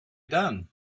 done